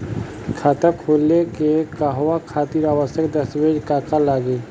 खाता खोले के कहवा खातिर आवश्यक दस्तावेज का का लगी?